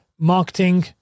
Marketing